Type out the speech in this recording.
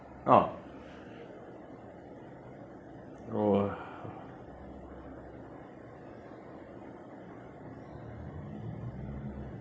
oh oh